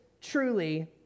truly